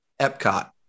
Epcot